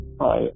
Hi